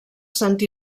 sant